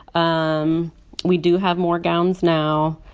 um we do have more gowns now.